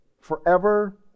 forever